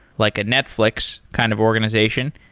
like a netflix kind of organization,